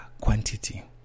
quantity